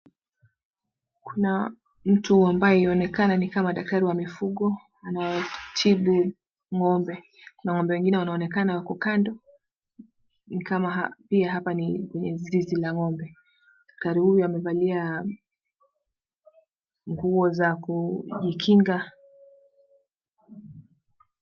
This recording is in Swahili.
Kuna mtu ambaye yuwaonekana ni kama daktari wa mifugo, anatibu ngombe na ngombe wengine wanaonekana wako kando ni kama pia hapa ni zizi la ngombe. Daktari huyu amevalia nguo za kujikinga.